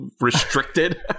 restricted